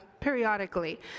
periodically